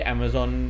Amazon